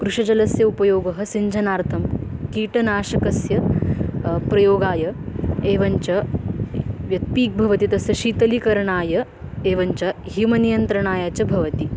कृषजलस्य उपयोगः सिञ्चनार्थं कीटनाशकस्य प्रयोगाय एवञ्च व्यक्तिः भवति तस्य शीतलीकरणाय एवञ्च हिमनियन्त्रणाय च भवति